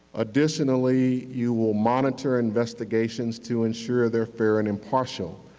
additionally, you will monitor investigations to ensure they are fair and impartial.